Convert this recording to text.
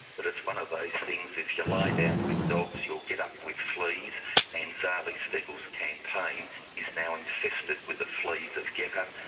but it's one of those things if you lie down with dogs you'll get up with fleas and zali steggall's campaign is now infested with the fleas of getup.